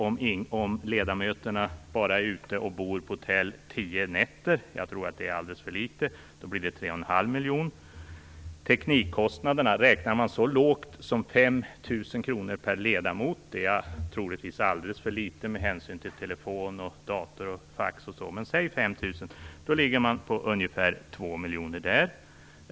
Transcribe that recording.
Om ledamöterna bara bor på hotell tio nätter, jag tror att det är alldeles för litet, kommer hotellkostnaderna att uppgå till 3,5 miljoner. Räknar man teknikkostnaderna så lågt som 5 000 kr per ledamot, det är troligtvis alldeles för litet med hänsyn till telefon, dator och fax, kommer det att bli ungefär 2 miljoner där.